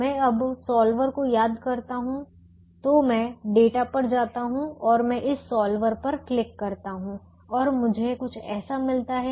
मैं अब सॉल्वर को याद करता हूं तो मैं डेटा पर जाता हूं और मैं इस सॉल्वर पर क्लिक करता हूं और मुझे कुछ ऐसा मिलता है